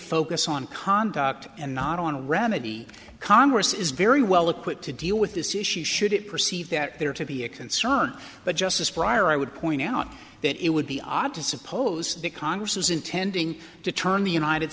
focus on conduct and not on a remedy congress is very well equipped to deal with this issue should it perceive that there to be a concern but justice prior i would point out that it would be odd to suppose that congress is intending to turn the united